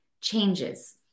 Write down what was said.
changes